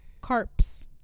carps